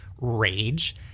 rage